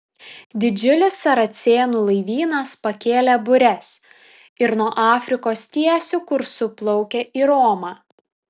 didžiulis saracėnų laivynas pakėlė bures ir nuo afrikos tiesiu kursu plaukia į romą